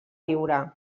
viure